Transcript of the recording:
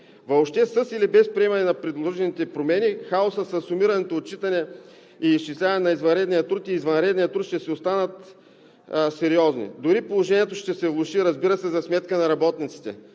Въобще със или без приемане на предложените промени хаосът със сумираното отчитане и изчисляване на извънредния труд ще си останат сериозни. Дори положението ще се влоши, разбира се, за сметка на работниците,